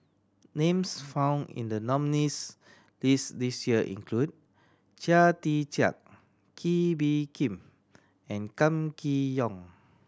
names found in the nominees' list this year include Chia Tee Chiak Kee Bee Khim and Kam Kee Yong